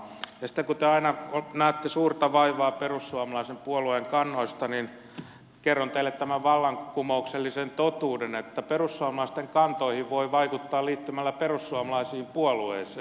ja sitten kun te aina näette suurta vaivaa perussuomalaisen puolueen kannoista niin kerron teille tämän vallankumouksellisen totuuden että perussuomalaisten kantoihin voi vaikuttaa liittymällä perussuomalaiseen puolueeseen